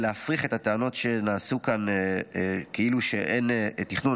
להפריך את הטענות כאילו אין תכנון,